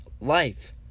life